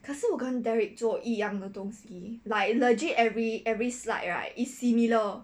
可是我跟 derrick 做一样的东西 like legit every every slide right is similar